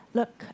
look